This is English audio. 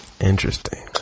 Interesting